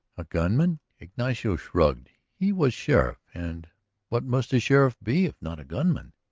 a gunman? ignacio shrugged. he was sheriff, and what must a sheriff be if not a gunman?